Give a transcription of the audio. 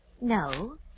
No